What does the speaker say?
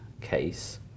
case